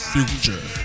Future